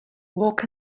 walk